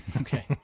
okay